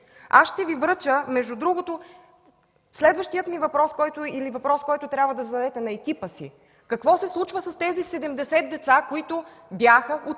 потребности. Между другото, следващият въпрос, който трябва да зададете на екипа си: какво се случва с тези 70 деца, които бяха открити